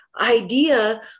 idea